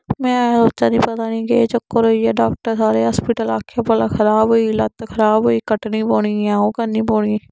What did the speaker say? में सोचा दी ही भला पता निं केह् चक्कर होई गेआ डाक्टर सारे हास्पिटल आखेआ भला खराब होई गेई लत्त खराब होई गेई कट्टनी पौनी ऐ ओह् करनी पौनी